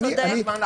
אתה צודק.